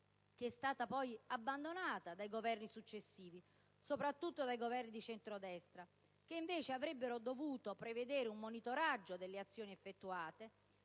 e poi abbandonata dai Governi successivi, soprattutto da quelli di centrodestra, che invece avrebbero dovuto prevedere un monitoraggio delle azioni effettuate